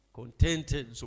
contented